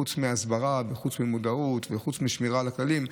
חוץ מהסברה וחוץ ממודעות וחוץ משמירה על הכללים,